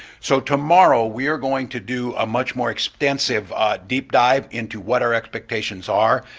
so tomorrow we are going to do a much more extensive deep dive into what our expectations are,